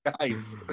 guys